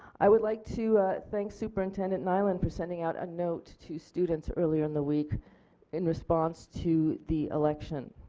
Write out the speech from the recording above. i would like to thank superintendent nyland for sending out a note to students earlier in the week in response to the election.